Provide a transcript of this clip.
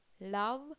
love